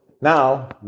now